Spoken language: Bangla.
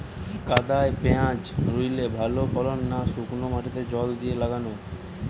কাদায় পেঁয়াজ রুইলে ভালো ফলন না শুক্নো মাটিতে জল দিয়ে লাগালে?